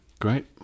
great